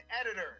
editor